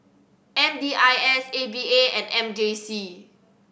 M D I S A V A and M J C